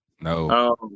No